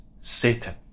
Satan